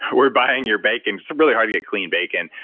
we're buying your bacon really hard to get clean bacon.